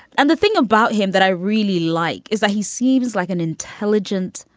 and the thing about him that i really like is that he seems like an intelligent,